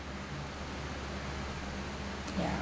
ya